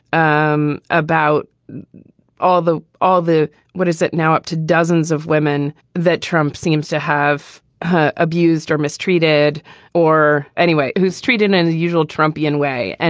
um about all the all the what is it now up to dozens of women that trump seems to have ah abused or mistreated or anyway, who's treated in the usual trumpian way. and